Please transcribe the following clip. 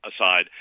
aside